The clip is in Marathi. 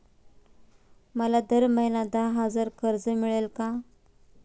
मला दर महिना दहा हजार कर्ज मिळेल का?